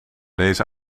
deze